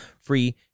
free